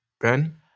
Ben